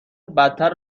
بدتر